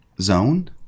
zone